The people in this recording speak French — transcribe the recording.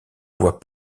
voit